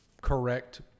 correct